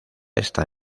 esta